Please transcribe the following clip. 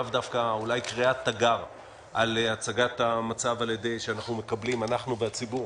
אולי קריאת תגר על הצגת המצב שאנחנו והציבור